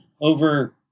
over